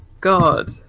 God